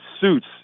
Suits